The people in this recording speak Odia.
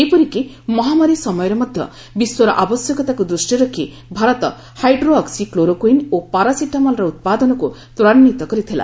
ଏପରିକି ମହାମାରୀ ସମୟରେ ମଧ୍ୟ ବିଶ୍ୱର ଆବଶ୍ୟକତାକୁ ଦୃଷ୍ଟିରେ ରଖି ଭାରତ ହାଇଡ୍ରୋ ଅକ୍କି କ୍ଲୋରୋକୁଇନ୍ ଓ ପାରାସିଟାମଲ୍ର ଉତ୍ପାଦନକୁ ତ୍ୱରାନ୍ୱିତ କରିଥିଲା